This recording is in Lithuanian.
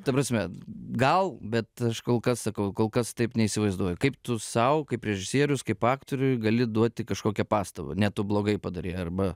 ta prasme gal bet aš kol kas sakau kol kas taip neįsivaizduoju kaip tu sau kaip režisierius kaip aktoriui gali duoti kažkokią pastabą ne tu blogai padarei arba